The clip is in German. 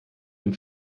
dem